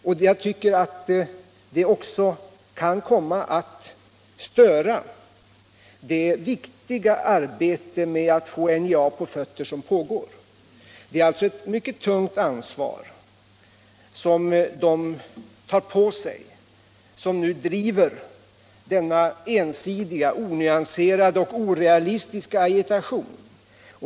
Sådant kan komma att störa det viktiga arbete med att få NJA på fötter som pågår. Det är alltså ett mycket tungt ansvar som de tar på sig som nu driver denna ensidiga, onyanserade och orealistiska agitation.